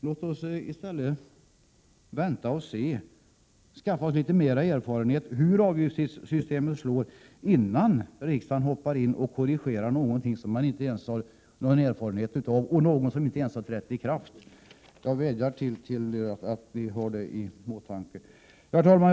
Låt oss i stället vänta och se och skaffa oss litet mera erfarenhet av hur avgiftssystemet slår, innan riksdagen hoppar in och korrigerar någonting som man inte har erfarenhet av och som inte ens har trätt i kraft. Jag vädjar om att vi skall ha detta i åtanke. Herr talman!